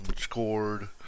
scored